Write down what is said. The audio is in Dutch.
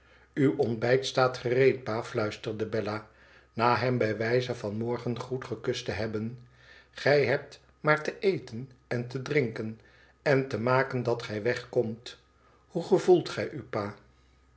uw pntbijt staat gereed pa fluisterde bella na hem bij wijze van morgengroet gekust te hebben tgij hebt maar te eten en te drinken en te maken dat gij weg komt hoe gevoelt gij u pa